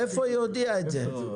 איפה היא הודיעה את זה?